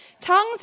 Tongues